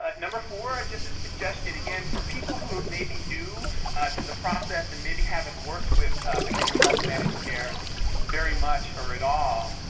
number four, just a suggestion. again, for people who may be new to the process and maybe haven't worked with behavioral health managed care very much or at all,